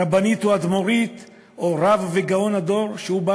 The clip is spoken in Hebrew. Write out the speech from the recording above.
רבנית או אדמו"רית או רב וגאון הדור שבא